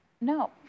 No